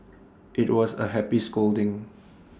IT was A happy scolding